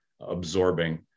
absorbing